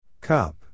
Cup